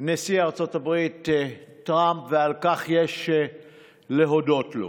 נשיא ארצות הברית טראמפ, ועל כך יש להודות לו.